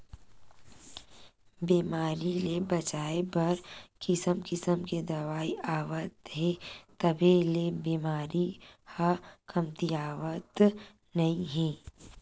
बेमारी ले बचाए बर किसम किसम के दवई आवत हे तभो ले बेमारी ह कमतीयावतन नइ हे